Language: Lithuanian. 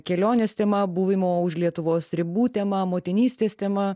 kelionės tema buvimo už lietuvos ribų tema motinystės tema